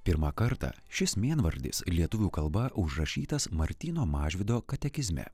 pirmą kartą šis vienvardis lietuvių kalba užrašytas martyno mažvydo katekizme